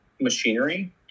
machinery